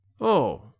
Oh